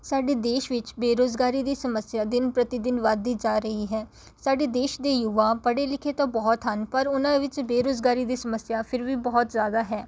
ਸਾਡੇ ਦੇਸ਼ ਵਿੱਚ ਬੇਰੁਜ਼ਗਾਰੀ ਦੀ ਸਮੱਸਿਆ ਦਿਨ ਪ੍ਰਤੀ ਦਿਨ ਵਧਦੀ ਜਾ ਰਹੀ ਹੈ ਸਾਡੇ ਦੇਸ਼ ਦੇ ਯੂਵਾ ਪੜ੍ਹੇ ਲਿਖੇ ਤਾਂ ਬਹੁਤ ਹਨ ਪਰ ਉਨ੍ਹਾਂ ਵਿੱਚ ਬੇਰੁਜ਼ਗਾਰੀ ਦੀ ਸਮੱਸਿਆ ਫਿਰ ਵੀ ਬਹੁਤ ਜ਼ਿਆਦਾ ਹੈ